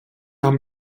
haben